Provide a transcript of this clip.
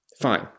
Fine